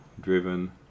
driven